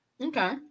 Okay